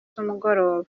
z’umugoroba